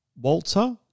Walter